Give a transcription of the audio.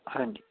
ਹਾਂਜੀ